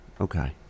okay